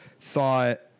thought